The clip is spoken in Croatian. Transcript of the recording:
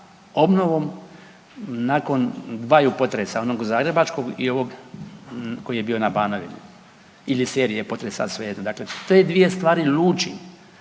obnovom nakon dvaju potresa onog zagrebačkog i ovog koji je bio na Banovini ili serije potresa svejedno. Dakle, te dvije stvari luči